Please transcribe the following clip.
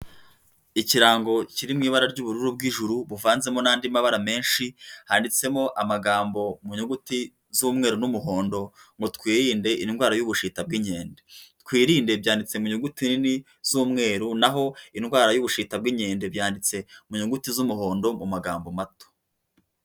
Ikirango kiri mu ibara ry'ubururu bw'ijuru, buvanzemo n'andi mabara menshi, handitsemo amagambo mu nyuguti z'umweru n'umuhondo, ngo twirinde indwara y'ubushita bw'inkende, twirinde byanditse muyuguti nini z'umweru, naho indwara y'ubushita bw'inkende byanditse mu nyuguti z'umuhondo mu magambo mato.